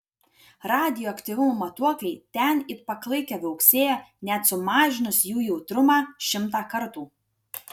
radioaktyvumo matuokliai ten it paklaikę viauksėjo net sumažinus jų jautrumą šimtą kartų